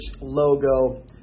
logo